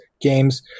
games